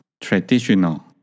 Traditional